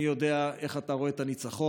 איני יודע איך אתה רואה את הניצחון.